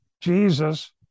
Jesus